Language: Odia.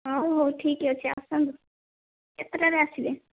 ହେଉ ହେଉ ଠିକ ଅଛି ଆସନ୍ତୁ କେତେଟାରେ ଆସିବେ